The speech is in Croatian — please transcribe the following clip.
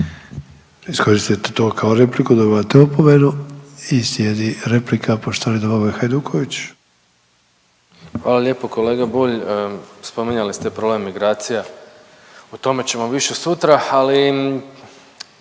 Hvala lijepo. Kolega Bulj, spominjali ste problem migracija o tome ćemo više sutra, ali